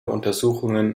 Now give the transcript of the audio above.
untersuchungen